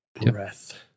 breath